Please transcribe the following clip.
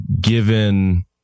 given